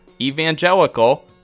Evangelical